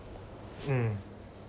hmm